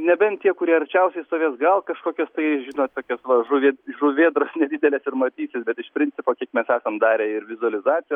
nebent tie kurie arčiausiai stovės gal kažkokias tai žinot tokias va žuvė žuvėdros nedidelės ir matysis bet iš principo kiek mes esam darę ir vizualizaciją